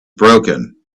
broken